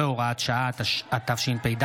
התשפ"ד